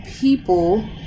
people